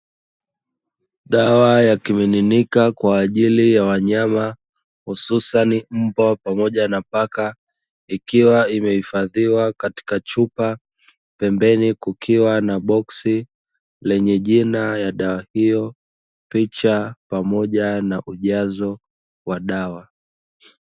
Dawa ya kimiminika kwa ajili ya wanyama hususani mbwa pamoja na paka. Ikiwa imehifadhiwa katika chupa pembeni kukiwa ma boksi lenye jina ya dawa hiyo, picha pamoja na ujazo wa dawa.